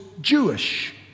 Jewish